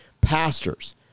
pastors